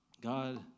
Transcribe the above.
God